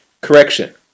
correction